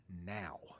now